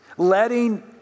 Letting